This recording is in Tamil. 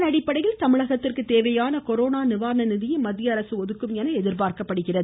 இதன் அடிப்படையில் தமிழகத்திற்கு தேவையான கொரோனா நிவாரண நிதியை மத்திய அரசு ஒதுக்கும் என எதிர்பார்க்கப்படுகிறது